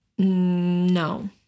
No